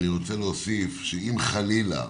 אני רוצה להוסיף שאם, חלילה,